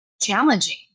challenging